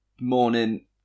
morning